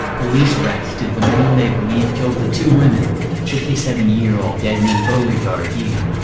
police arrested the man they believe killed the two women fifty seven year old edmond beauregard degan,